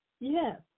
Yes